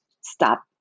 stop